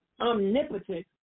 omnipotent